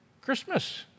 Christmas